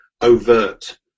overt